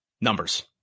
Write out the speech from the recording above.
numbers